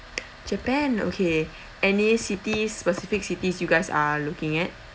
japan okay any city specific cities you guys are looking at